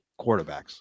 quarterbacks